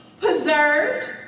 preserved